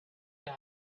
bag